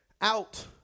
out